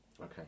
Okay